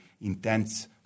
intense